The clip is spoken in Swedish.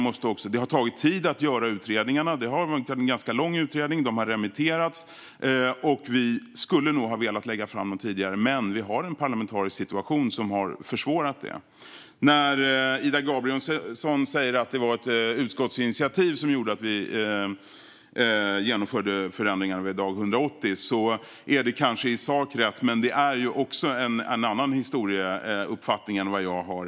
Det tar tid att göra utredningar, och det här har varit en ganska långdragen utredning. Förslagen har remitterats. Vi skulle nog ha velat lägga fram dem tidigare, men vi har en parlamentarisk situation som har försvårat det. När Ida Gabrielsson säger att det var ett utskottsinitiativ som gjorde att vi genomförde förändringarna vid dag 180 är det kanske rätt i sak. Men det är också en annan historieuppfattning än vad jag har.